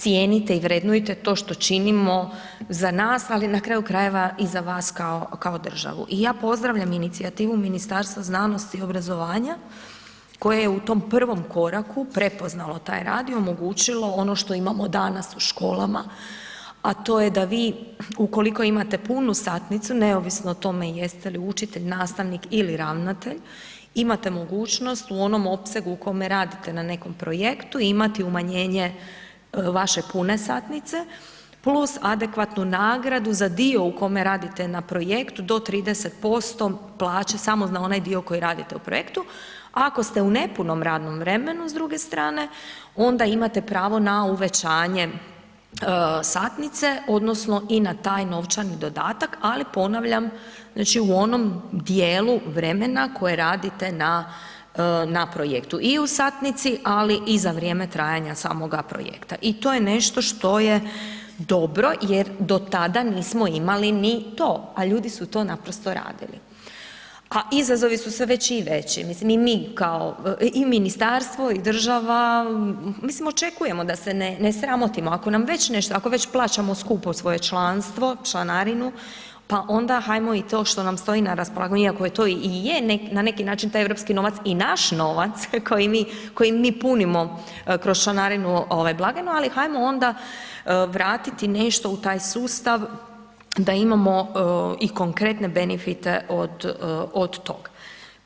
Cijenite i vrednujte to što činimo za nas, ali na kraju krajeva, i za vas kao državu i ja pozdravljam inicijativu Ministarstva znanosti i obrazovanja koje je u tom prvom koraku prepoznalo i omogućilo ono što imamo danas u školama, a to je da vi, ukoliko imate punu satnicu, neovisno o tome jeste li učitelj, nastavnik ili ravnatelj, imate mogućnost u onom opsegu u kome radite na nekom projektu imati umanjenje vaše pune satnice plus adekvatnu nagradu za dio u kome radite na projektu do 30% plaće, samo na onaj dio koji radite u projektu, ako ste u nepunom radom vremenu s druge strane onda imate pravo na uvećanje satnice odnosno i na taj novčani dodatak, ali ponavljam, znači u onom dijelu vremena koji radite na, na projektu i u satnici, ali i za vrijeme trajanja samoga projekta i to je nešto što je dobro jer do tada nismo imali ni to, a ljudi su to naprosto radili, a izazovi su sve veći i veći, mislim i mi kao, i ministarstvo i država, mislim očekujemo da se ne, ne sramotimo ako nam već nešto, ako već plaćamo skupo svoje članstvo, članarinu, pa onda hajmo i to što nam stoji na raspolaganju iako je to i je na neki način taj europski novac i naš novac koji mi, koji mi punimo kroz članarinu ovaj blagajnu, ali hajmo onda vratiti nešto u taj sustav da imamo i konkretne benifite od, od tog.